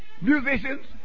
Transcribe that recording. musicians